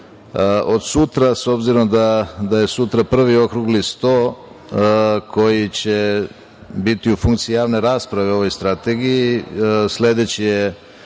od sutra obzirom da je sutra prvi okrugli sto koji će biti u funkciji javne rasprave o ovoj strategiji. Sledeći je 2.